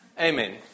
Amen